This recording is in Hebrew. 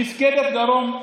מפקדת דרום,